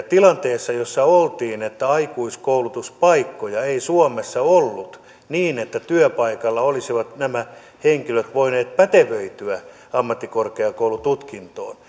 tilanteessa jossa aikuiskoulutuspaikkoja ei suomessa ollut niin että työpaikalla olisivat nämä henkilöt voineet pätevöityä ammattikorkeakoulututkintoon